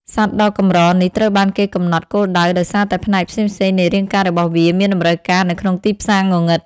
សត្វដ៏កម្រនេះត្រូវបានគេកំណត់គោលដៅដោយសារតែផ្នែកផ្សេងៗនៃរាងកាយរបស់វាមានតម្រូវការនៅក្នុងទីផ្សារងងឹត។